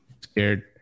Scared